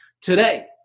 today